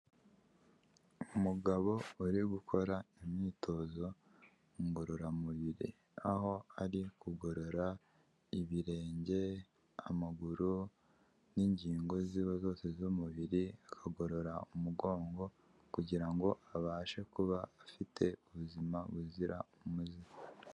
Umugabo uri gukora imyitozo ngororamubiri, aho ari kugorora ibirenge amaguru n'ingingo ziwe zose z'umubiri, akagorora umugongo kugira ngo abashe kuba afite ubuzima buzira umuze.